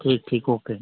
ठीक ठीक ओके